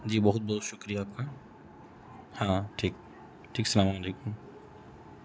جی بہت بہت شکریہ آپ کا ہاں ٹھیک ٹھیک السلام علیکم